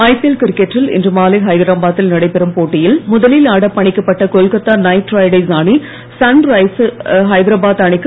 IPL கிரிக்கெட்டில் இன்று மாலை ஹைதராபாதில் நடைபெறும் போட்டியில் முதலில் ஆடப் பணிக்கப்பட்ட கொல்கொத்தா நைட் ரைடர்ஸ் அணி சன் ரைசர்ஸ் ஹைதராபாத் அணிக்கு